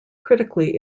critically